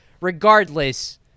regardless